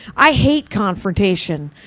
i hate confrontation,